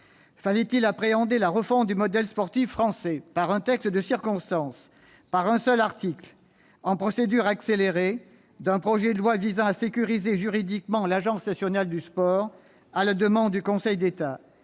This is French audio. Fallait-il appréhender la refonte du modèle sportif français par un texte de circonstance, par un seul article, en procédure accélérée, d'un projet de loi visant à sécuriser juridiquement l'Agence nationale du sport à la demande du Conseil d'État ?